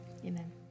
Amen